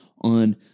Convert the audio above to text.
on